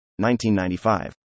1995